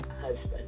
husband